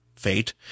Fate